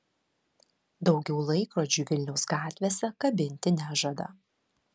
daugiau laikrodžių vilniaus gatvėse kabinti nežada